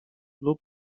lub